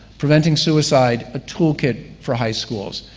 preventing suicide, a tool kit for high schools